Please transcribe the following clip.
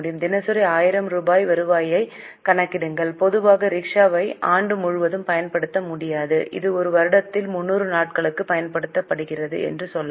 தினசரி 1000 ரூபாய் வருவாயைக் கணக்கிடுங்கள் பொதுவாக ரிக்ஷாவை ஆண்டு முழுவதும் பயன்படுத்த முடியாது இது ஒரு வருடத்தில் 300 நாட்களுக்கு பயன்படுத்தப்படுகிறது என்று சொல்லலாம்